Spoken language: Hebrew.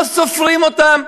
לא סופרים אותם,